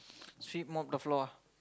sweep mop the floor ah